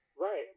Right